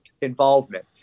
involvement